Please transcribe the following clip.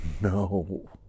no